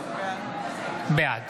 בעד